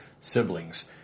siblings